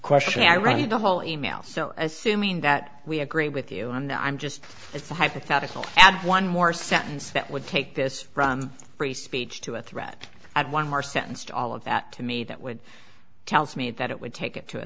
question i read the whole email so assuming that we agree with you and i'm just it's a hypothetical add one more sentence that would take this run free speech to a threat at one of our sentenced all of that to me that would tells me that it would take it to a